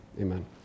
amen